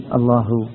Allahu